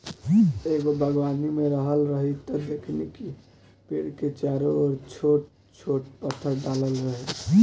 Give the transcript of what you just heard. एगो बागवानी में गइल रही त देखनी कि पेड़ के चारो ओर छोट छोट पत्थर डालल रहे